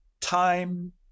time